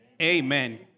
Amen